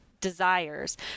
desires